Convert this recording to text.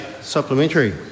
Supplementary